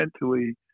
mentally